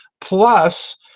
plus